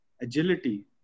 agility